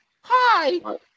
Hi